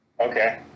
Okay